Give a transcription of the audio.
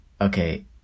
okay